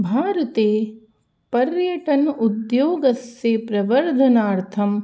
भारते पर्यटन उद्योगस्य प्रवर्धनार्थं